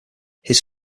his